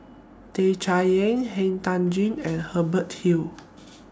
Tan Chay Yan Han Tan Juan and Hubert Hill